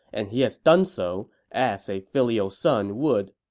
and he has done so, as a filial son would